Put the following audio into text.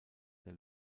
der